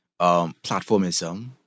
platformism